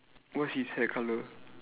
what's his hair colour